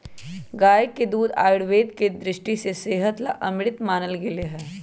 गाय के दूध आयुर्वेद के दृष्टि से सेहत ला अमृत मानल गैले है